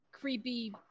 creepy